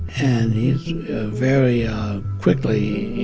and he very quickly, you